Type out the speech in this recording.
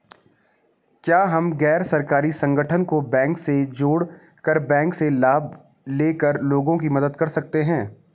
क्या हम गैर सरकारी संगठन को बैंक से जोड़ कर बैंक से लाभ ले कर लोगों की मदद कर सकते हैं?